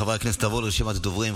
חברי הכנסת, נעבור לרשימת הדוברים.